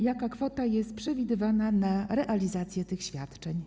Jaka kwota jest przewidywana na realizację tych świadczeń?